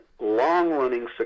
long-running